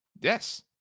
Yes